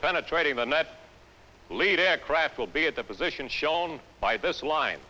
penetrating the net lead aircraft will be at the position shown by this line